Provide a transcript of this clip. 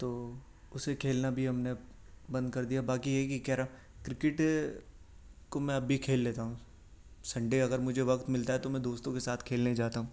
تو اسے کھیلنا بھی ہم نے اب بند کردیا باقی یہ ہے کہ کیرم کرکٹ کو میں اب بھی کھیل لیتا ہوں سنڈے اگر مجھے وقت ملتا ہے تو میں دوستوں کے ساتھ کھیلنے جاتا ہوں